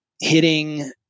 Hitting –